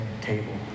table